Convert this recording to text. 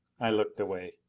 i looked away.